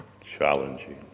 challenging